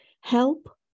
Help